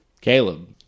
Caleb